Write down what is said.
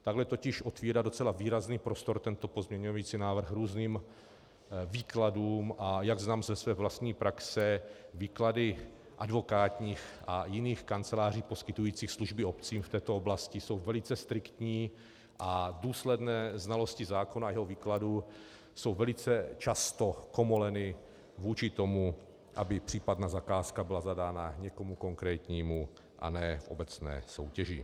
Takhle totiž otvírá docela výrazný prostor tento pozměňující návrh různým výkladům, a jak znám ze své vlastní praxe, výklady advokátních a jiných kanceláří poskytujících služby obcím v této oblasti jsou velice striktní a důsledné znalosti zákona a jeho výkladů jsou velice často komoleny vůči tomu, aby případná zakázka byla zadána někomu konkrétnímu a ne v obecné soutěži.